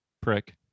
prick